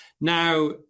Now